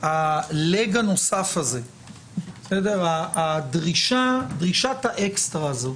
הלג הנוסף הזה, דרישת האקסטרה הזו